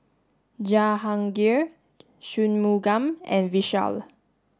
Jahangir Shunmugam and Vishal